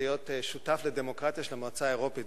להיות שותף לדמוקרטיה של המועצה האירופית,